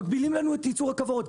מגבילים לנו את ייצור הכוורות.